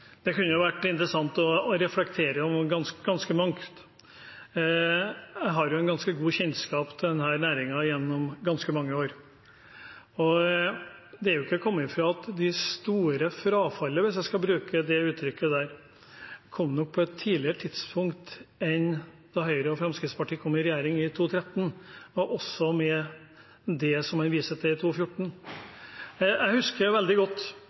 Det kunne vært interessant å reflektere over ganske mye. Jeg har en ganske god kjennskap til denne næringen gjennom mange år. Det er ikke til å komme fra at det store frafallet, hvis jeg skal bruke det uttrykket, nok kom på et tidligere tidspunkt enn da Høyre og Fremskrittspartiet kom i regjering i 2013, også med det man viser til i 2014. Jeg husker veldig godt